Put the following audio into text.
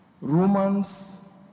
Romans